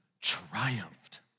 triumphed